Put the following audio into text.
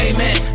Amen